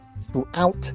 throughout